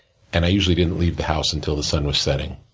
and i usually didn't leave the house until the sun was setting.